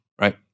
right